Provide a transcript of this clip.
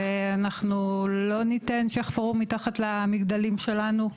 ואנחנו לא ניתן שיחפרו מתחת למגדלים שלנו,